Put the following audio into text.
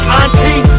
Auntie